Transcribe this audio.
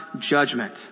judgment